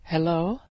Hello